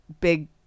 big